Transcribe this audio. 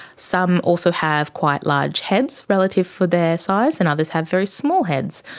some also have quite large heads relative for their size, and others have very small heads.